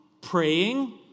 praying